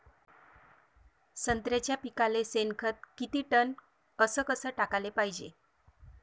संत्र्याच्या पिकाले शेनखत किती टन अस कस टाकाले पायजे?